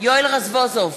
יואל רזבוזוב,